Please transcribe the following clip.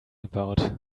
about